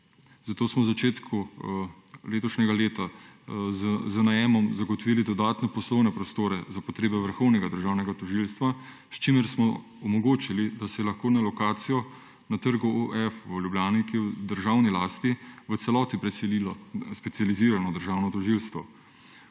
Zato smo na začetku letošnjega leta z najemom zagotovili dodatne poslovne prostore za potrebe Vrhovnega državnega tožilstva, s čimer smo omogočili, da se je lahko na lokacijo na Trgu OF v Ljubljani, ki je v državni lasti, v celoti preselilo Specializirano državno tožilstvo.